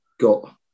got